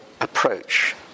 approach